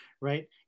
right